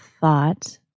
thought